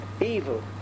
evil